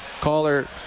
caller